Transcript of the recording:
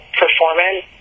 performance